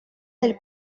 del